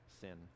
sin